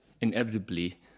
inevitably